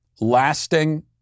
lasting